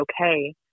okay